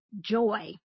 joy